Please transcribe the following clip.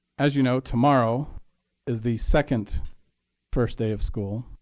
as you know, tomorrow is the second first day of school.